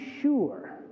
sure